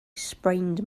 sprained